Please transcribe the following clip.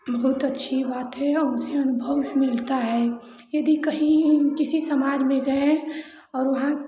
बहुत अच्छी बात है और उससे अनुभव मिलता है यदि कहीं किसी समाज में गए और वहाँ